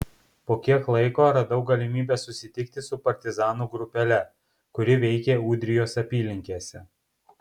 po kiek laiko radau galimybę susitikti su partizanų grupele kuri veikė ūdrijos apylinkėse